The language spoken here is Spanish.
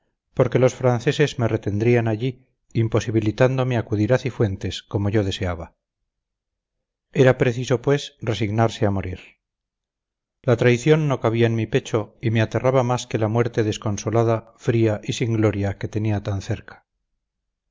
porque los franceses me retendrían allí imposibilitándome acudir a cifuentes como yo deseaba era preciso pues resignarse a morir la traición no cabía en mi pecho y me aterraba más que la muerte desconsolada fría y sin gloria que tenía tan cerca